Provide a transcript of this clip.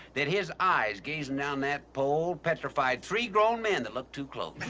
that his eyes gazing down that pole petrified three grown men that looked too close.